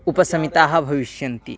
उपशमिताः भविष्यन्ति